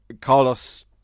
Carlos